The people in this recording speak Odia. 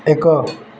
ଏକ